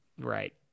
right